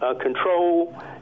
control